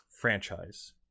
franchise